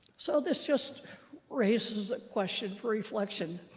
so this just raises a question for reflection.